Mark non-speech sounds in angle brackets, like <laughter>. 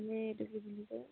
আমি এইটো <unintelligible>